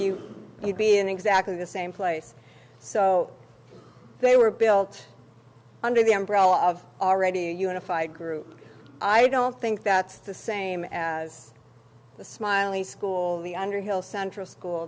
you would be in exactly the same place so they were built under the umbrella of already unified group i don't think that's the same as the smiley school in the underhill central school